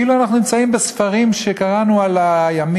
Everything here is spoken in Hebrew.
ממש כאילו אנחנו נמצאים בימים שקראנו עליהם בספרים,